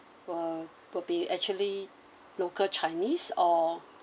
will will be actually local chinese or